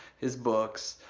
his books,